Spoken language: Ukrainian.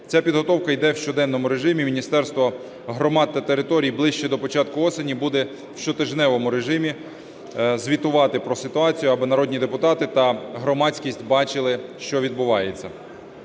Ця підготовка йде в щоденному режимі. Міністерство громад та територій ближче до початку осені буде в щотижневому режимі звітувати про ситуацію, аби народні депутати та громадськість бачили, що відбувається.